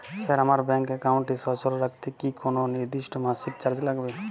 Sir আমার bank একাউন্টটি সচল রাখতে কি কোনো নির্দিষ্ট মাসিক চার্জ লাগবে?